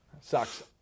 sucks